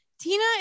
Tina